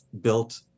built